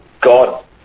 God